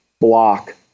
block